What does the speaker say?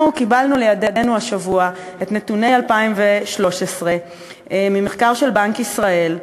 אנחנו קיבלנו לידינו השבוע את נתוני 2013 ממחקר של בנק ישראל.